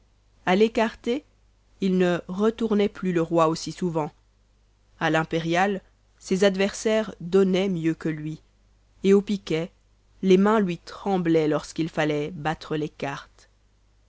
à l'écarté il ne retournait plus le roi aussi souvent à l'impérial ses adversaires donnaient mieux que lui et au piquet les mains lui tremblaient lorsqu'il fallait battre les cartes